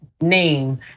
name